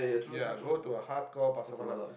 ya go to a hardcore Pasar Malam